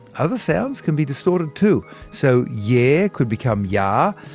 other sounds can be distorted too so yeah could become yah,